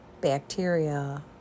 bacteria